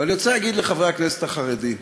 ואני רוצה להגיד שלחברי הכנסת החרדים